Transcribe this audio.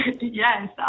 Yes